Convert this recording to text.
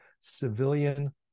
civilian